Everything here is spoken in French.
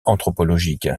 anthropologique